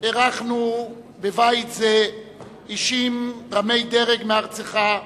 אירחנו בבית זה אישים רמי דרג מארצך,